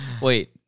Wait